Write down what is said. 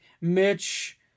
Mitch